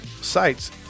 sites